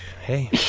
hey